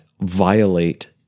violate